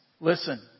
listen